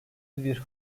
bir